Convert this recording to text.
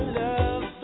love